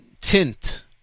tint